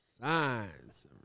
signs